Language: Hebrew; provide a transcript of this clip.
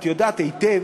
את יודעת היטב